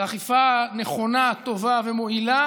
על אכיפה נכונה, טובה ומועילה